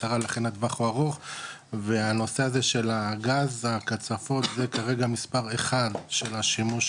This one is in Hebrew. עשרה לכן הטווח הוא ארוך והנושא הזה של הגראס זה כרגע מספר אחד של השימוש